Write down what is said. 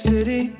City